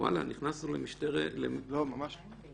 נכנסנו למשטרת -- לא, ממש לא.